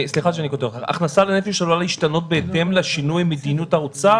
ההכנסה לנפש עלולה להשתנות בהתאם לשינוי מדיניות האוצר?